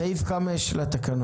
סעיף 5 לתקנות.